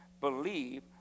believe